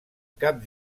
cap